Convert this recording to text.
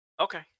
Okay